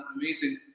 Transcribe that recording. amazing